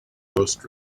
most